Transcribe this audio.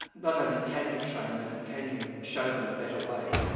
not only can you train them and can you show them a better way,